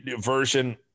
version